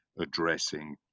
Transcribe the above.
addressing